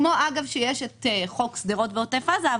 כמו אגב שיש את חוק שדרות ועוטף עזה,